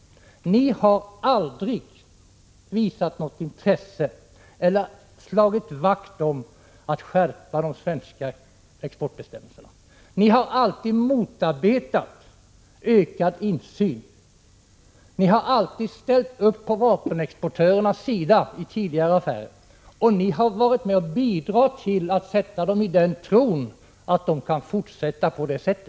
Ni har aldrig visat något intresse av eller slagit vakt om att skärpa de svenska exportbestämmelserna. Ni har alltid motarbetat ökad insyn. Ni har alltid ställt upp på vapenexportörernas sida i tidigare affärer, och ni har varit med och bidragit till att invagga dem i tron att de kan fortsätta på detta sätt.